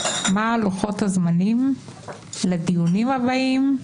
מה לוחות הזמנים לדיונים הבאים,